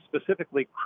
specifically